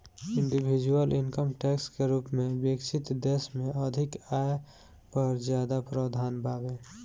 individual income tax के रूप में विकसित देश में अधिक आय पर ज्यादा प्रावधान बावे